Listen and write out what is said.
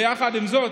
ויחד עם זאת,